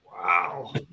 Wow